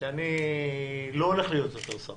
שאני לא הולך להיות יותר שר